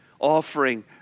offering